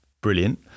brilliant